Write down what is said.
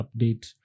update